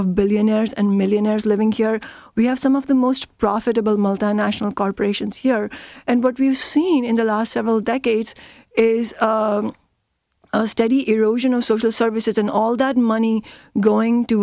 of billionaires and millionaires living here we have some of the most profitable multinational corporations here and what we've seen in the last several decades is a steady erosion of social services and all that money going to